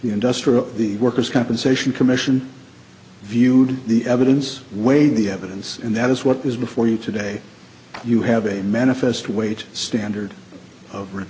industrial the workers compensation commission viewed the evidence weigh the evidence and that is what was before you today you have a manifest weight standard of r